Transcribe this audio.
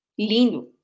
lindo